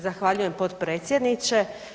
Zahvaljujem potpredsjedniče.